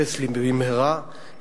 הרוצחים האלה צריכים להיתפס במהרה,